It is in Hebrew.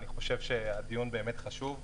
שהדיון באמת חשוב,